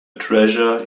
treasure